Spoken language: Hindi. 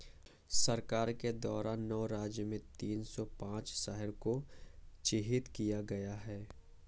सरकार के द्वारा नौ राज्य में तीन सौ पांच शहरों को चिह्नित किया है